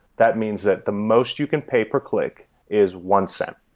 that means that the most you can pay per click is one cent.